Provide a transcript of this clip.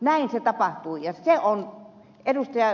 näin se tapahtui ja ed